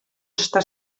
està